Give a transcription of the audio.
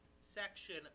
section